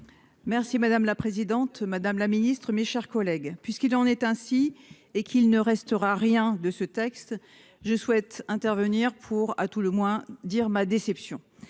Merci madame la présidente Madame la Ministre, mes chers collègues, puisqu'il en est ainsi et qu'il ne restera rien de ce texte. Je souhaite intervenir pour à tout le moins dire ma déception.